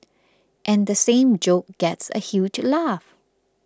and the same joke gets a huge laugh